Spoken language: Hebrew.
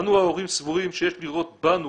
אנו ההורים סבורים שיש לראות בנו